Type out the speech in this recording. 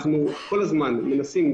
אנחנו כל הזמן מנסים,